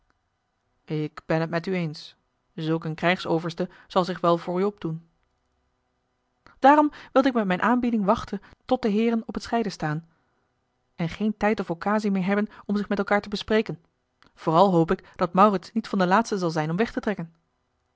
ik ben t met u eens zulk een krijgsoverste zal zich wel voor u opdoen daarom wilde ik met mijne aanbieding wachten tot de heeren op t scheiden staan en geen tijd of occasie meer hebben om zich met elkaâr te bespreken vooral hoop ik dat maurits niet van de laatsten zal zijn om weg te trekken